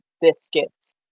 biscuits